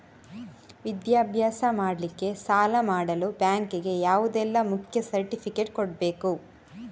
ವಿದ್ಯಾಭ್ಯಾಸ ಮಾಡ್ಲಿಕ್ಕೆ ಸಾಲ ಮಾಡಲು ಬ್ಯಾಂಕ್ ಗೆ ಯಾವುದೆಲ್ಲ ಮುಖ್ಯ ಸರ್ಟಿಫಿಕೇಟ್ ಕೊಡ್ಬೇಕು?